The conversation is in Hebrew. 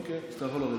אוקיי, אז אתה יכול לרדת.